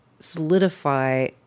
solidify